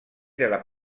della